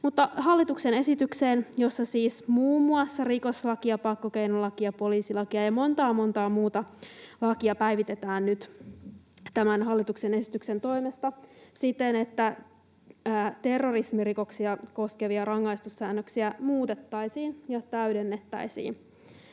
hallituksen esitykseen, jossa siis muun muassa rikoslakia, pakkokeinolakia, poliisilakia ja montaa, montaa muuta lakia päivitetään nyt tämän hallituksen esityksen toimesta siten, että terrorismirikoksia koskevia rangaistussäännöksiä muutettaisiin ja täydennettäisiin.